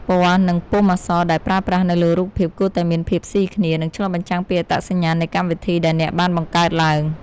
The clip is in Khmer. ពណ៌ និងពុម្ពអក្សរដែលប្រើប្រាស់នៅលើរូបភាពគួរតែមានភាពស៊ីគ្នា និងឆ្លុះបញ្ចាំងពីអត្តសញ្ញាណនៃកម្មវិធីដែលអ្នកបានបង្កើតឡើង។